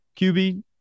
QB